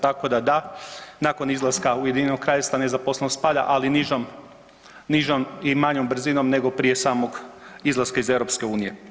Tako da da, nakon izlaska Ujedinjenog Kraljevstva nezaposlenost pada ali nižom, nižom i manjom brzinom nego prije samog izlaska iz EU.